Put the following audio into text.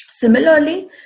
Similarly